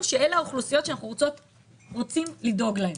שאלה האוכלוסיות שאנחנו רוצים לדאוג להן.